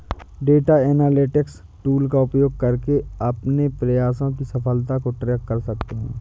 data analytics tool का उपयोग करके अपने प्रयासों की सफलता को ट्रैक कर सकते है